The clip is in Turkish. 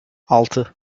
altı